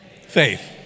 Faith